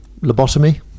Lobotomy